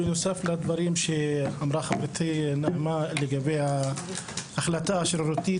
בנוסף לדברים שאמרה חברתי נעמה לגבי ההחלטה שרירותית